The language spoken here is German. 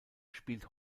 spielt